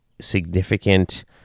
significant